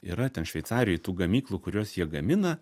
yra ten šveicarijoj tų gamyklų kuriuos jie gamina